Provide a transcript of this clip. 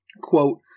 Quote